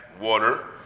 water